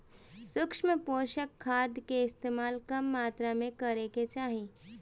सूक्ष्म पोषक खाद कअ इस्तेमाल कम मात्रा में करे के चाही